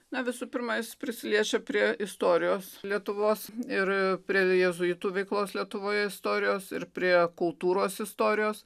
na visų pirma jis prisiliečia prie istorijos lietuvos ir prie jėzuitų veiklos lietuvoje istorijos ir prie kultūros istorijos